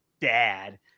dad